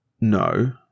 No